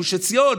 לגוש עציון,